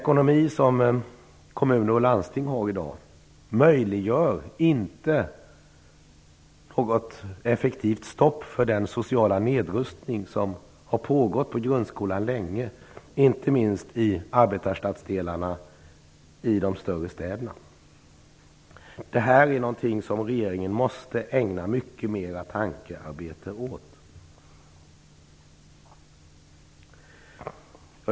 Kommunernas och landstingens ekonomi i dag möjliggör inte något effektivt stopp för den sociala nedrustning som länge pågått inom grundskolan, inte minst i arbetarstadsdelarna i de större städerna. Det här måste regeringen ägna mycket mera tankearbete åt.